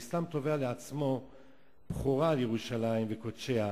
האסלאם תבע לעצמו בכורה על ירושלים וקודשיה